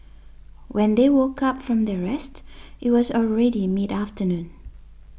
when they woke up from their rest it was already mid afternoon